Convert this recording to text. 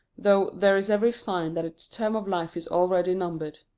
though there is every sign that its term of life is already numbered.